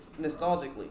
nostalgically